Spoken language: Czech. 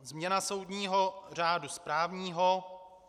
Změna soudního řádu správního...